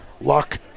luck